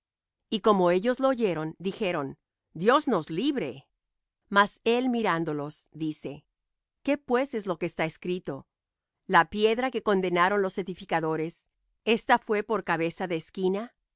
y como ellos lo oyeron dijeron dios nos libre mas él mirándolos dice qué pues es lo que está escrito la piedra que condenaron los edificadores esta fué por cabeza de esquina